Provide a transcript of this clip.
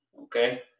okay